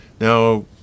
Now